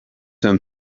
them